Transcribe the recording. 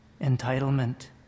entitlement